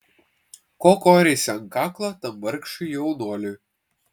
ko koreisi ant kaklo tam vargšui jaunuoliui